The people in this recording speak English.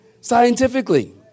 Scientifically